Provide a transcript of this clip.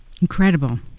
Incredible